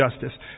Justice